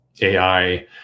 AI